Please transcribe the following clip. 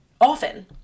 often